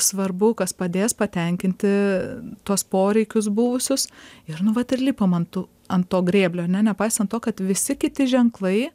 svarbu kas padės patenkinti tuos poreikius buvusius ir nu vat ir lipam ant tų ant to grėblio ane nepaisant to kad visi kiti ženklai